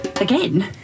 Again